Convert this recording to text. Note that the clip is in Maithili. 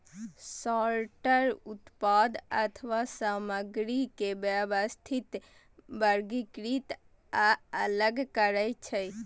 सॉर्टर उत्पाद अथवा सामग्री के व्यवस्थित, वर्गीकृत आ अलग करै छै